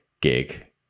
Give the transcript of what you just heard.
gig